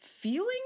feeling